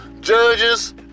judges